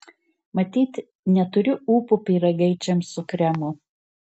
matyt neturiu ūpo pyragaičiams su kremu